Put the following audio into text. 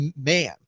man